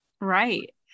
Right